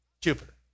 Jupiter